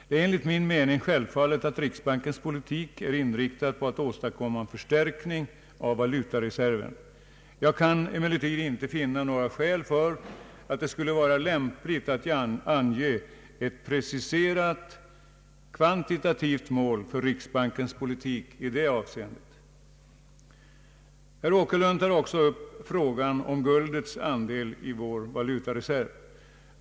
Det är enligt min mening självklart att riksbankens politik är inriktad på att åstadkomma en förstärkning av valutareserven. Jag kan emellertid inte finna några skäl för att det skulle vara lämpligt att ange ett preciserat kvantitativt mål för riksbankens politik i det avseendet. Herr Åkerlund tar också upp frågan om guldets andel i vår valutareserv.